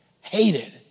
hated